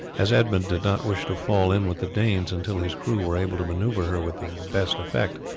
as edmund did not wish to fall in with the danes until his crew were able to maneuver her with the best effect.